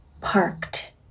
parked